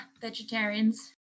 vegetarians